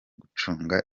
gucunga